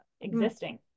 existing